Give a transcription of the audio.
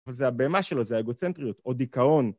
אבל זה הבהמה שלו, זה האגוצנטריות, או דיכאון.